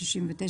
69,